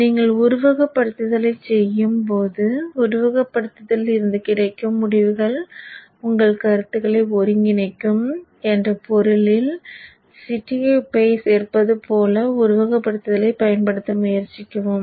நீங்கள் உருவகப்படுத்துதலைச் செய்யும்போது உருவகப்படுத்துதலில் இருந்து கிடைக்கும் முடிவுகள் உங்கள் கருத்துகளை ஒருங்கிணைக்கும் என்ற பொருளில் சிட்டிகை உப்பைக் சேர்ப்பது போல உருவகப்படுத்துதலைப் பயன்படுத்த முயற்சிக்கவும்